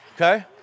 Okay